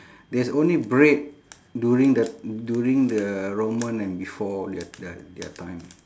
there's only bread during the during the roman and before their their their time